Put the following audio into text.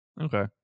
Okay